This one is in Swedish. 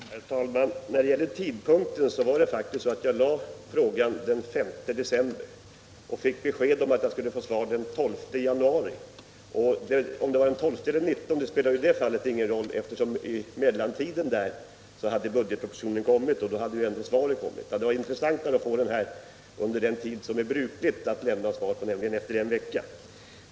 Herr talman! När det gäller tidpunkten ställde jag frågan den 5 december och fick besked om att jag skulle få svar den 12 januari. Om det var den 12 eller den 19 januari spelar ingen roll, eftersom i mellantiden budgetpropositionen hade kommit, och då hade ändå svaret kommit. Det hade varit mera intressant att få svaret här under den tid som det är brukligt att lämna svar, nämligen efter en vecka.